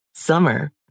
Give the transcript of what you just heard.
Summer